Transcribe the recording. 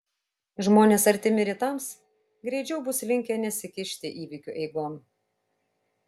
žmonės artimi rytams greičiau bus linkę nesikišti įvykių eigon